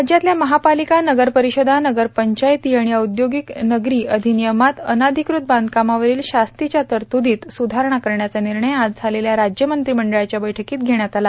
राज्यातल्या महापालिका नगरपरिषदा नगरपंचायती आणि औद्योगिक नगरी अधिनियमात अनधिकृत बांधकामावरील शास्तीच्या तरतुदीत सुधारणा करण्याचा निर्णय आज झालेल्या राज्य मंत्रिमंडळाच्या बैठकीत घेण्यात आला